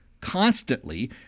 constantly